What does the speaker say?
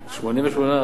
88%